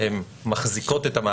זה שלב של הגדרות שהן קצת כרגע מנותקות